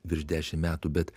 virš dešimt metų bet